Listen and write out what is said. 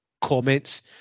comments